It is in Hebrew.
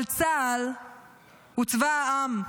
אבל צה"ל הוא צבא העם,